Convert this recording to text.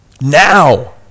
Now